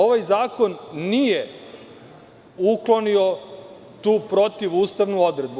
Ovaj zakon nije uklonio tu protivustavnu odredbu.